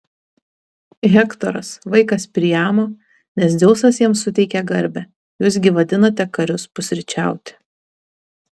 hektoras vaikas priamo nes dzeusas jam suteikė garbę jūs gi vadinate karius pusryčiauti